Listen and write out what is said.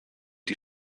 die